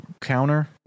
counter